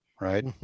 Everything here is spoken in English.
right